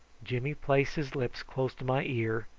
jimmy placed his lips close to my ear,